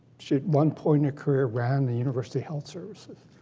she, at one point in her career, ran the university health services.